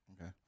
Okay